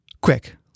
Quick